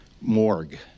morgue